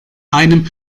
einem